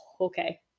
Okay